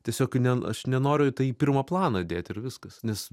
tiesiog ne aš nenoriu į tai į pirmą planą dėt ir viskas nes